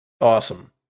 awesome